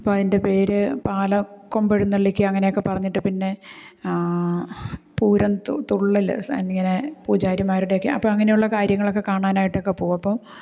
അപ്പോൾ അതിന്റെ പേര് പാലാ കൊമ്പേഴുന്നള്ളിക്കൽ അങ്ങനെയൊക്കെ പറഞ്ഞിട്ട് പിന്നെ പൂരം തുള്ളൽ സ എന്നിങ്ങനെ പൂജാരിമാരുടെയൊക്കെ അപ്പോൾ അങ്ങനെയുള്ള കാര്യങ്ങളൊക്കെ കാണാനായിട്ടൊക്കെ പോവും അപ്പോൾ